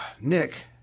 Nick